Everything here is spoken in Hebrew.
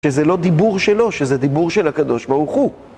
שזה לא דיבור שלו, שזה דיבור של הקדוש ברוך הוא.